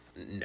No